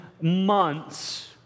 months